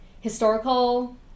historical